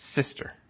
sister